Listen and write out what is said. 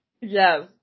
Yes